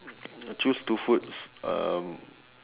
choose two foods um